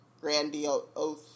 grandiose